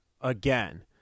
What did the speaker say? again